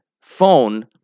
phone